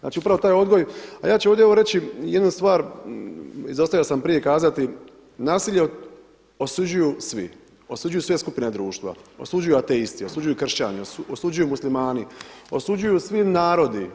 Znači, upravo taj odgoj, a ja ću ovdje evo reći jednu stvar, izostavio sam prije kazati nasilje osuđuju svi, osuđuju sve skupine društva, osuđuju ateisti, osuđuju Kršćani, osuđuju Muslimani, osuđuju svi narodi.